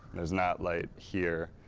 there's not light here.